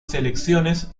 selecciones